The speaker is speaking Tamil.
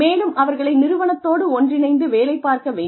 மேலும் அவர்களை நிறுவனத்தோடு ஒன்றிணைந்து வேலைப் பார்க்க வைக்க வேண்டும்